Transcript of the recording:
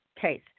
case